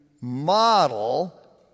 model